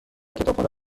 کتابخانه